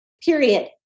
period